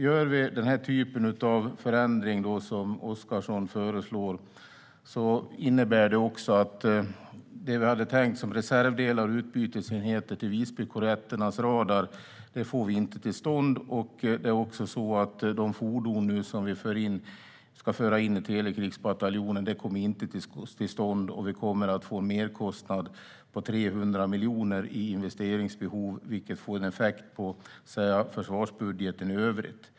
Gör vi den typ av förändring som Oscarsson föreslår innebär det också att vi inte får det vi hade tänkt som reservdelar och utbytesenheter till Visbykorvetternas radar till stånd. De fordon som vi ska föra in i telekrigsbataljonen kommer inte heller till stånd. Däremot kommer vi att få en merkostnad på 300 miljoner i investeringsbehov, vilket får en effekt på försvarsbudgeten i övrigt.